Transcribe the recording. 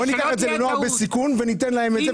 בואו ניקח את זה לנוער בסיכון וניתן להם את זה,